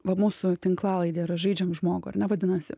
va mūsų tinklalaidė yra žaidžiam žmogų ar ne vadinasi